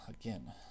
again